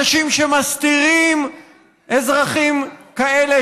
אנשים שמסתירים אזרחים כאלה,